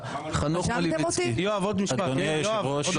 עוד משפט אדוני היושב-ראש.